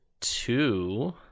two